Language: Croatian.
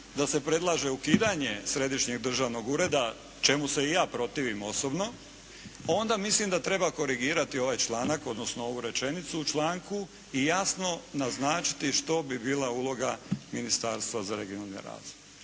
da se predlaže ukidanje Središnjeg državnog ureda, čemu se i ja protivim osobno, onda mislim da treba korigirati ovaj članak, odnosno ovu rečenicu u članku i jasno naznačiti što bi bila uloga Ministarstva za regionalni razvoj.